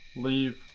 leave.